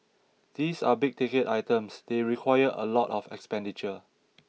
these are big ticket items they require a lot of expenditure